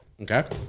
Okay